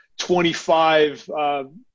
25